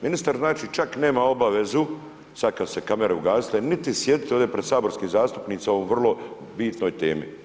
Ministar znači čak nema obavezu sad kad se kamare ugasile niti sjedit ovdje pred saborskim zastupnicima o vrlo bitnoj temi.